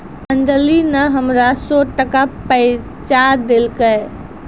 अंजली नी हमरा सौ टका पैंचा देलकै